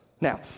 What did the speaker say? Now